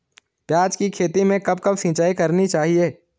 प्याज़ की खेती में कब कब सिंचाई करनी चाहिये?